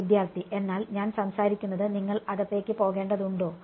വിദ്യാർത്ഥി എന്നാൽ ഞാൻ സംസാരിക്കുന്നത് നിങ്ങൾ അകത്തേക്ക് പോകേണ്ടതുണ്ടോ